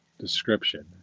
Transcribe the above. description